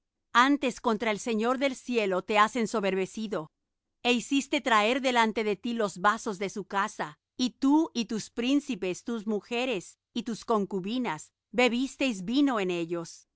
antes contra el señor del cielo te has ensoberbecido é hiciste traer delante de ti los vasos de su casa y tú y tus príncipes tus mujeres y tus concubinas bebisteis vino en ellos